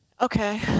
Okay